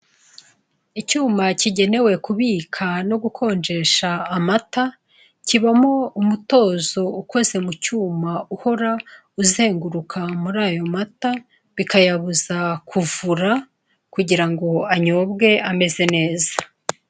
Icyuma kigenewe kubika no gukonjesha amata kibamo umutozo ukoze mu cyuma uhora uzenguruka muri ayo mata bikayabuza kuvura kugira ngo anyobwe ameze neza.